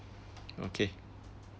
okay